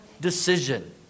decision